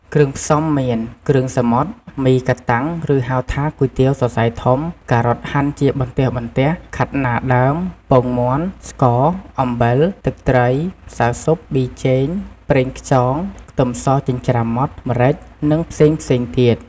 គ្រឿងផ្សំមាន គ្រឿងសមុទ្រ មីកាតាំង ឬហៅថាគុយទាវសសៃធំ ការ៉ុតហាន់ជាបន្ទះៗ ខាត់ណាដើម ពងមាន់ ស្ករ អំបិល ទឹកត្រី ម្សៅស៊ុប ប៊ីចេង ប្រេងខ្យង ខ្ទឹមសចិញ្ច្រាំម៉ដ្ឋ ម្រេចនិងផ្សេងៗទៀត។